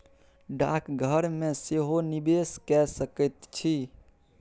डाकघर मे सेहो निवेश कए सकैत छी